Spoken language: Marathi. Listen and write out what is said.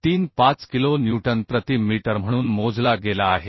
35किलो न्यूटन प्रति मीटरम्हणून मोजला गेला आहे